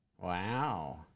Wow